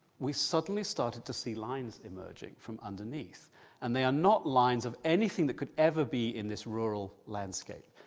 we suddenly started to see lines emerging from underneath and they are not lines of anything that could ever be in this rural landscape.